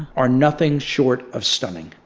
are nothing short of stunning,